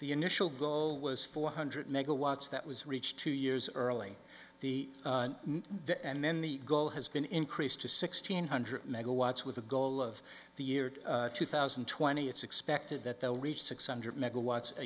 the initial goal was four hundred megawatts that was reach two years early the the end then the goal has been increased to sixteen hundred megawatts with the goal of the year two thousand and twenty it's expected that they'll reach six